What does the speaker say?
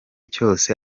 cyose